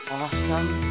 awesome